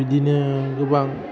बिदिनो गोबां